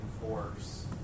force